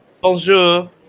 Bonjour